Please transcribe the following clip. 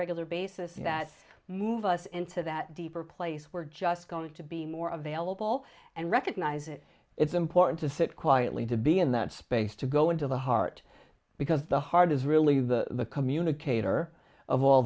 regular basis that move us into that deeper place we're just going to be more available and recognise it it's important to sit quietly to be in that space to go into the heart because the heart is really the communicator of all